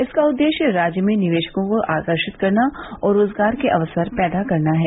इसका उद्देश्य राज्य में निवेशको को आकर्षित करना और रोजगार के अवसर पैदा करना है